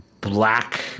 Black